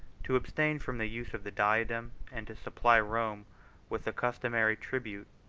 to abstain from the use of the diadem, and to supply rome with the customary tribute,